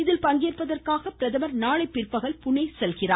இதில் பங்கேற்பதற்காக பிரதமர் நாளை பிற்பகல் புனே செல்கிறார்